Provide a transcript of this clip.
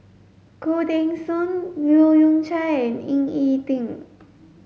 Khoo Teng Soon Leu Yew Chye and Ying E Ding